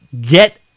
get